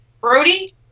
Brody